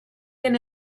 been